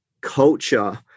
culture